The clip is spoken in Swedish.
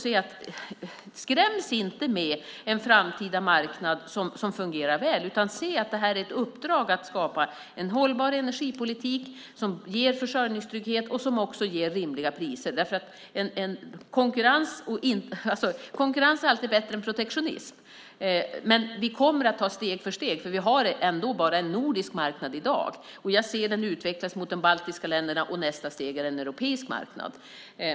Skräms inte med en framtida marknad som fungerar väl, utan se att det här är ett uppdrag att skapa en hållbar energipolitik som ger försörjningstrygghet och som också ger rimliga priser. Konkurrens är alltid bättre än protektionism, men vi kommer att ta steg för steg, för vi har ändå bara en nordisk marknad i dag, och jag ser den utvecklas mot de baltiska länderna. Nästa steg är en europeisk marknad.